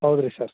ಹೌದ್ರೀ ಸರ್